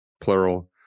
plural